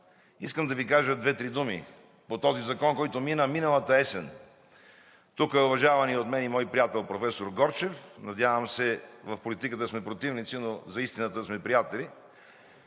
искам да Ви кажа две-три думи по този закон, който мина миналата есен. Тук е уважаваният от мен и мой приятел професор Горчев – надявам се в политиката да сме противници, но за истината да сме приятели.